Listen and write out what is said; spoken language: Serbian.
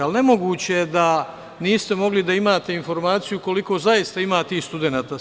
Ali, nemoguće je da niste mogli da imate informaciju koliko zaista ima tih studenata.